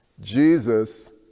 Jesus